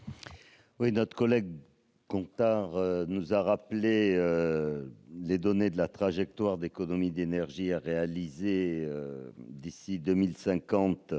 Notre collègue Gontard a rappelé les données de la trajectoire d'économies d'énergie à réaliser d'ici à 2050